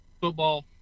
football